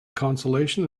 consolation